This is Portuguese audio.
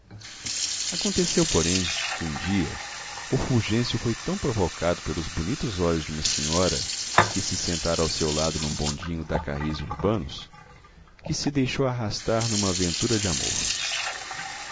aconteceu porém que um dia o fulgêncio foi tão provocado pelos bonitos olhos de uma senhora que se sentara ao seu lado num bondinho da carris urbanos que se deixou arrastar numa aventura de amor